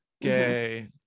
Gay